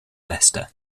lester